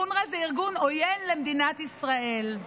אונר"א זה ארגון עוין למדינת ישראל.